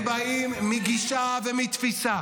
הם באים מגישה ותפיסה